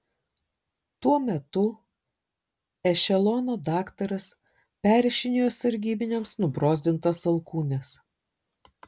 tuo metu ešelono daktaras perrišinėjo sargybiniams nubrozdintas alkūnes